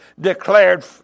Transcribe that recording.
declared